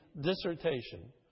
dissertation